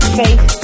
faith